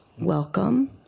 Welcome